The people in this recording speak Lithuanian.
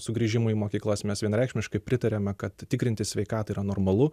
sugrįžimui į mokyklas mes vienareikšmiškai pritariame kad tikrintis sveikatą yra normalu